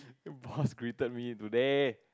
boss greeted me today